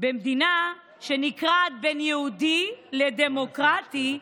במדינה שנקרעת ביו יהודי לדמוקרטי,